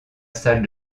salle